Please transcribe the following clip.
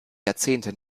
jahrzehnte